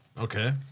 Okay